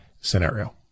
scenario